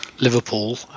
Liverpool